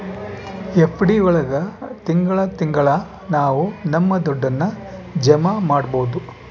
FD ಒಳಗ ತಿಂಗಳ ತಿಂಗಳಾ ನಾವು ನಮ್ ದುಡ್ಡನ್ನ ಜಮ ಮಾಡ್ಬೋದು